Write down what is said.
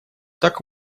так